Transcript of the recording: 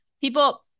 people